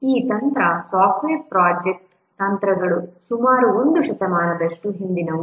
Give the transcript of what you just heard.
ಈ ತಂತ್ರ software project ತಂತ್ರಗಳು ಸುಮಾರು ಒಂದು ಶತಮಾನದಷ್ಟು ಹಿಂದಿನವು